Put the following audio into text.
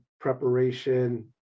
preparation